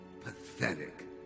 pathetic